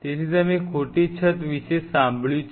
તેથી તમે ખોટી છત વિશે સાંભળ્યું છે